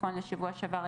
נכון לשבוע שעבר,